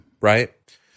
Right